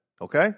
okay